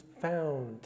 found